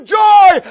joy